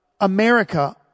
America